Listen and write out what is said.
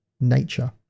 nature